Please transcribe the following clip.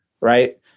right